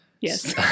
Yes